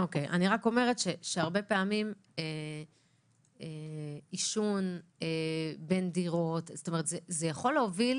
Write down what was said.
אני רק אומרת שהרבה פעמים עישון בין דירות יכול להוביל